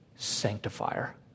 Sanctifier